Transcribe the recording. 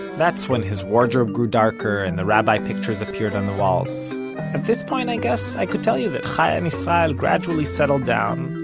that's when his wardrobe grew darker, and the rabbi pictures appeared on the walls. at this point, i guess, i could tell you that chaya and yisrael gradually settled down,